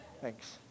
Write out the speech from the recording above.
thanks